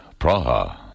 Praha